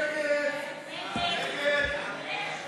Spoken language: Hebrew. ההסתייגות (51) של קבוצת סיעת מרצ וקבוצת סיעת הרשימה